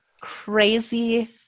crazy